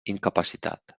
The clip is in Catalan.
incapacitat